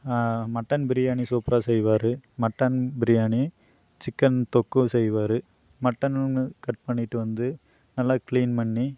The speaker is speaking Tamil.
மட்டன் பிரியாணி சூப்பராக செய்வார் மட்டன் பிரியாணி சிக்கன் தொக்கும் செய்வார் மட்டன்னுன்னு கட் பண்ணிட்டு வந்து நல்லா கிளீன் பண்ணி